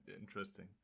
interesting